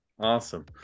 Awesome